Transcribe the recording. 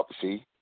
see